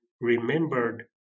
remembered